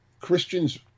Christians